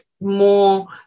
more